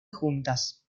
juntas